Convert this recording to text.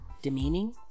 demeaning